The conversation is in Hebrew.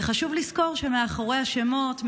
חשוב לזכור שמאחורי השמות,